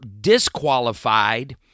disqualified